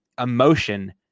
emotion